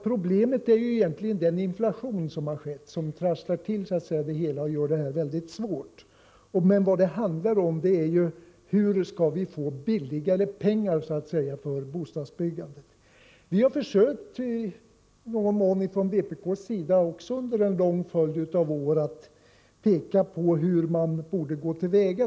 Problemet är egentligen den inflation som vi haft och som trasslar till det hela och gör det väldigt svårt. Vad det handlar om är hur vi skall få så att säga billiga pengar för bostadsbyggande. Vi har från vpk:s sida försökt under en lång följd av år att peka på hur man borde gå till väga.